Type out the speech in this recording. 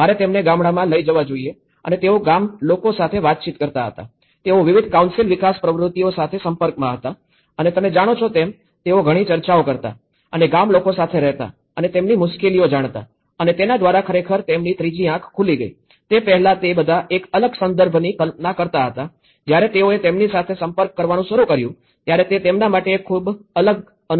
મારે તેમને ગામડામાં લઈ જવા જોઈએ અને તેઓ ગામ લોકો સાથે વાતચીત કરતા હતા તેઓ વિવિધ કાઉન્સિલ વિકાસ પ્રવૃત્તિઓ સાથે સંપર્કમાં હતા અને તમે જાણો છો તેમ તેઓ ઘણી ચર્ચાઓ કરતા અને ગામલોકો સાથે રહેતા અને તેમની મુશ્કેલીઓ જાણતા અને તેના દ્વારા ખરેખર તેમની ત્રીજી આંખ ખુલી ગઈ તે પહેલાં તે બધા એક અલગ સંદર્ભની કલ્પના કરતા હતા જ્યારે તેઓએ તેમની સાથે સંપર્ક કરવાનું શરૂ કર્યું ત્યારે તે તેમના માટે એક ખૂબ જ અલગ અનુભવ હતો